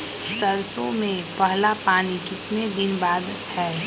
सरसों में पहला पानी कितने दिन बाद है?